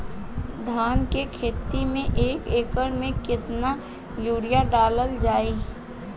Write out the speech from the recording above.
धान के खेती में एक एकड़ में केतना यूरिया डालल जाई?